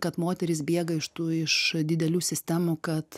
kad moterys bėga iš tų iš didelių sistemų kad